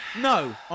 No